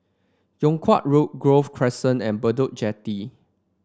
Yung Kuang Road Grove Crescent and Bedok Jetty